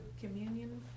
communion